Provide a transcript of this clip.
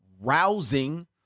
rousing